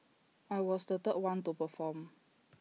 I was the third one to perform